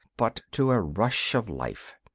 but to a rush of life.